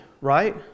right